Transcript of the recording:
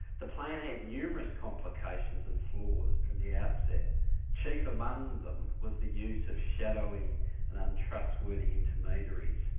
the plan had numerous complications and flaws from the outset. chief among them was the use of shadowy and untrustworthy intermediaries,